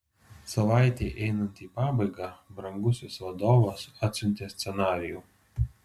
savaitei einant į pabaigą brangusis vadovas atsiuntė scenarijų